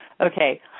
Okay